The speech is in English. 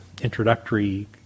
introductory